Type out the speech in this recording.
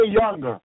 younger